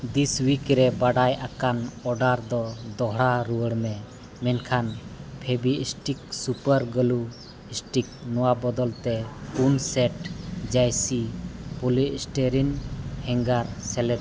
ᱫᱤᱥ ᱩᱭᱤᱠ ᱨᱮ ᱵᱟᱰᱟᱭ ᱚᱰᱟᱨ ᱫᱚ ᱫᱚᱦᱲᱟ ᱨᱩᱭᱟᱹᱲᱢᱮ ᱢᱮᱱᱠᱷᱟᱱ ᱯᱷᱮᱵᱤ ᱮᱥᱴᱤᱠ ᱥᱩᱯᱟᱨ ᱜᱩᱞᱩ ᱤᱥᱴᱤᱠ ᱱᱚᱣᱟ ᱵᱚᱫᱚᱞᱛᱮ ᱯᱩᱱ ᱥᱮᱴ ᱡᱮᱭᱥᱤ ᱯᱚᱞᱤ ᱥᱴᱤᱨᱤᱱ ᱦᱮᱝᱜᱟᱨ ᱥᱮᱞᱮᱫ ᱢᱮ